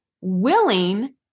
willing